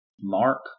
Mark